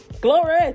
glory